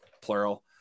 plural